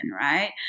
right